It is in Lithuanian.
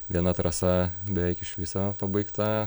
viena trasa beveik iš viso pabaigta